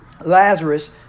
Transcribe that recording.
lazarus